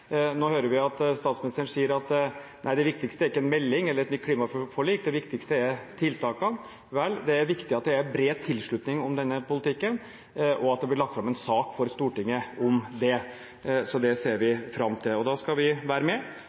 Vi hørte statsministeren si at det viktigste er ikke en melding eller et nytt klimaforlik, det viktigste er tiltakene. Vel, det er viktig at det er bred tilslutning til denne politikken, og at det blir lagt fram en sak for Stortinget om dette. Det ser vi fram til, og da skal vi være med.